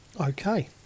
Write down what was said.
Okay